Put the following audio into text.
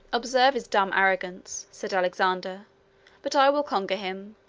observe his dumb arrogance, said alexander but i will conquer him.